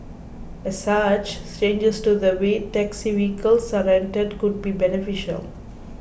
as such changes to the way taxi vehicles are rented could be beneficial